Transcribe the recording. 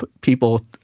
people